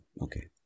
okay